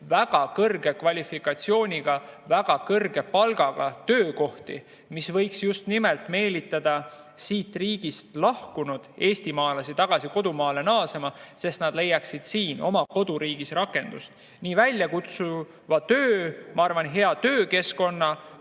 väga kõrge kvalifikatsiooniga ja väga kõrge palgaga töökohti, mis võiks just nimelt meelitada siit riigist lahkunud eestimaalasi tagasi kodumaale naasma, sest nad leiaksid oma koduriigis rakendust, nii väljakutsuva töö, hea töökeskkonna